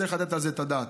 וצריך לתת על זה את הדעת.